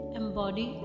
embody